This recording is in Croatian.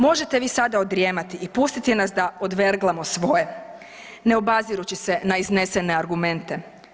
Možete vi sada odrijemati i pustiti nas da odverglamo svoje ne obazirući se na iznesene argumente.